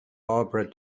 barbara